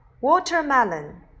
watermelon